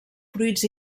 fruits